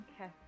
okay